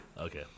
Okay